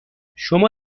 شما